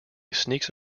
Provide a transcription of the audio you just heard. sneaks